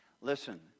Listen